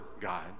God